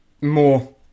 more